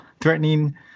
threatening